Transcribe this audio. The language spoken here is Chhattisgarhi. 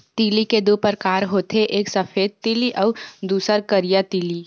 तिली के दू परकार होथे एक सफेद तिली अउ दूसर करिया तिली